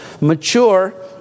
mature